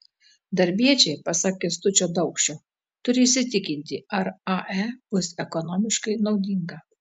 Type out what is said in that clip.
darbiečiai pasak kęstučio daukšio turi įsitikinti ar ae bus ekonomiškai naudinga